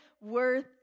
worth